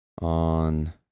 on